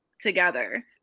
together